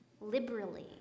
Liberally